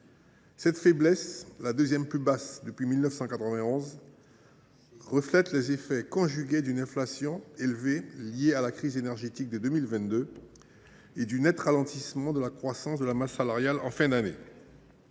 Cette faiblesse, la deuxième de cette importance relevée depuis 1991, reflète les effets conjugués d’une inflation élevée liée à la crise énergétique de 2022 et du net ralentissement de la croissance de la masse salariale en fin d’année.